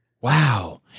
Wow